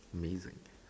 amazing